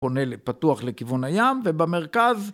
פונה ל-פתוח לכיוון הים, ובמרכז,